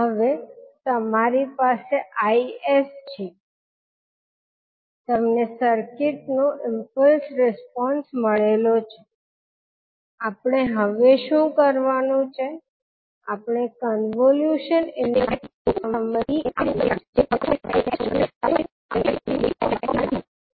હવે તમારી પાસે 𝑖𝑠 છે તમને સર્કિટનો ઈમ્પલ્સ રિસ્પોન્સ મળેલો છે આપણે હવે શું કરવાનું છે આપણે કન્વોલ્યુશન ઇન્ટિગ્રલ ની સહાયથી કોઈપણ સમય 𝑡 એ 𝑖0 ની કિંમત શોધી કાઢવી છે જેથી હવે આપણે શું કરીશું આપણે Is અને h ફંક્શન નું કન્વોલ્યુશન લઈશું તો આપણે શું લખી શકીએ